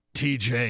tj